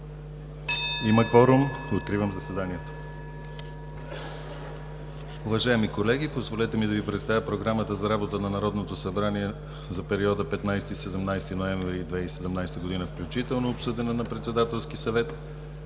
Има кворум, откривам заседанието. (Звъни.) Уважаеми колеги, позволете ми да Ви представя Програмата за работа на Народното събрание за периода от 15 до 17 ноември 2017 г. включително, обсъдена на Председателския съвет.